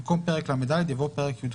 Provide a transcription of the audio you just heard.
במקום "פרק ל"ד" יבוא "פרק י"ח"."